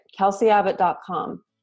KelseyAbbott.com